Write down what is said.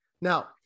Now